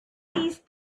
these